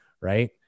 right